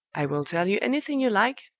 i will tell you anything you like,